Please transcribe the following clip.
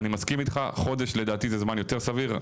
אני מסכים איתך חודש לדעתי זה זמן יותר סביר,